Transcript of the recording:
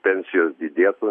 pensijos didėtų